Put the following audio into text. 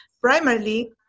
primarily